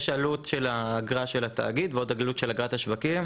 יש עלות של האגרה של התאגיד ועוד עלות של אגרת השווקים.